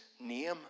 name